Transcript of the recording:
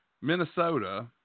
Minnesota